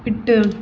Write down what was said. விட்டு